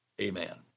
Amen